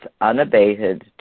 unabated